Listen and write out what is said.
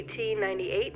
1898